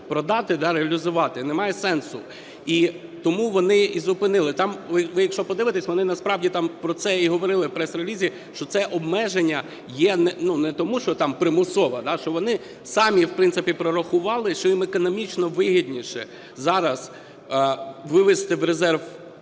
продати, реалізувати, немає сенсу і тому вони і зупинили. Там, ви, якщо подивитесь, вони насправді там про це і говорили в прес-релізі, що це обмеження є не тому, що там примусово, що вони самі, в принципі, прорахували, що їм економічно вигідніше зараз вивести в резерв